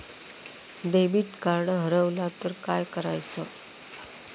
Debit card हरवल तर काय करायच?